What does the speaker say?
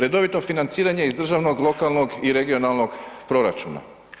Redovito financiranje iz državnog, lokalnog i regionalnog proračuna.